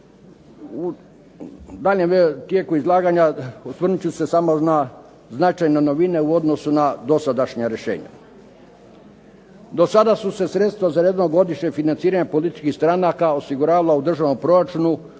U daljnjem tijeku izlaganja osvrnut ću se samo na značajne novine u odnosu na dosadašnja rješenja. Do sada su se sredstva za jednogodišnje financiranje političkih stranaka osiguravala u državnom proračunu